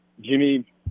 jimmy